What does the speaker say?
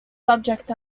subject